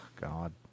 God